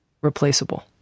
replaceable